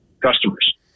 customers